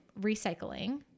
recycling